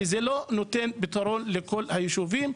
שזה לא נותן פתרון לכל היישובים,